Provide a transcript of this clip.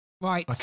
Right